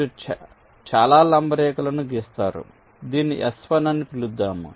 మీరు ఇలా లంబ రేఖను గీస్తారు దీన్ని S1 అని పిలుదాము